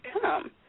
come